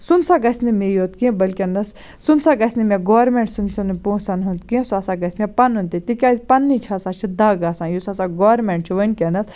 سُہ نہ سا گَژھِ نہٕ مےٚ یوت کینٛہہ بٔلکِنَس سُہ نہ سا گَژھِ نہٕ مےٚ گورمنٹ سٕنٛدۍ سُنٛد پونٛسَن ہُنٛد کینٛہہ سُہ ہَسا گَژھِ مےٚ پَنُن تہِ تکیاز پَننِچ ہَسا چھِ دَگ آسان یُس ہَسا گورمنٹ چھُ وٕنکیٚنَس